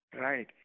Right